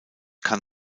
kann